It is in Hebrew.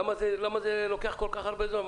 למה זה לוקח כל כך הרבה זמן?